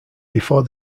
before